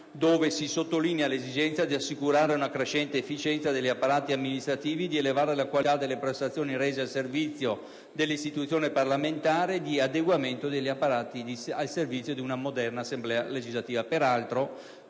dove si sottolinea l'esigenza di assicurare una crescente efficienza degli apparati amministrativi, di elevare la qualità delle prestazioni rese al servizio dell'istituzione parlamentare e di adeguamento degli apparati al servizio di una moderna Assemblea legislativa.